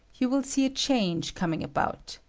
you will see a change coming about.